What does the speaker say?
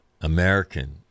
American